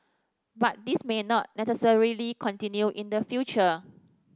but this may not necessarily continue in the future